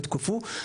לא יותקפו,